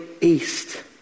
east